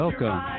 Welcome